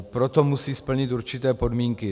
Proto musí splnit určité podmínky.